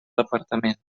departament